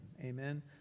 Amen